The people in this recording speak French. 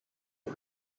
est